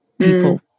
people